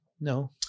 No